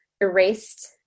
erased